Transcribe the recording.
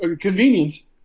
Convenience